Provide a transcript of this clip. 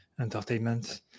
entertainment